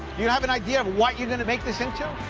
you have an idea of what you're gonna make this into?